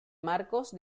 marcos